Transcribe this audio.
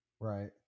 right